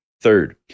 Third